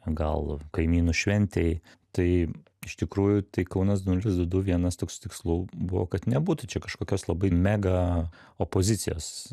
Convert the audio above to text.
gal kaimynų šventei tai iš tikrųjų tai kaunas du nulis du du vienas toks tikslų buvo kad nebūtų čia kažkokios labai mega opozicijos